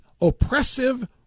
oppressive